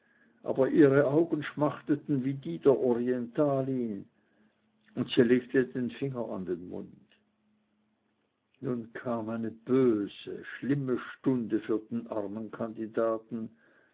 aber ihre augen schmachteten wie die der orientalin und sie legte den finger an den mund nun kam eine böse schlimme stunde für den armen kandidaten